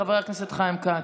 חבר הכנסת חיים כץ.